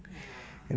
ya